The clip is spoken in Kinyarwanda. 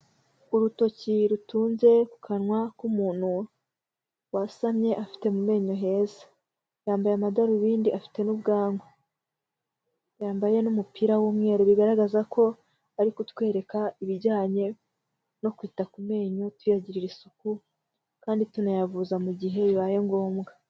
Urutoki rutunze ku kanwa k'umuntu wasamye afite mu menyo heza, yambaye amadarubindi afite n'ubwanwa, yambaye n'umupira w'umweru bigaragaza ko ari kutwereka ibijyanye no kwita ku menyo, tuyagirira isuku kandi tunayavuza mu gihe bibaye ngombwa.